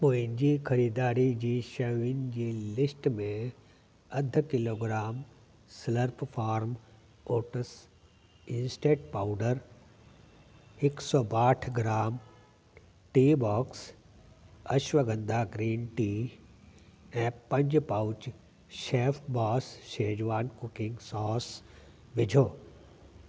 मुंहिंजी ख़रीदारी जी शयुनि जी लिस्ट में अधु kilogram Slurrp Farm oats instant powder हिकु सौ ॿाहठि gram tea box ashwagandha green tea ऐं पंज pouch Chef Boss schezwan cooking sauce विझो